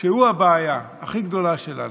שהוא הבעיה הכי גדולה שלנו.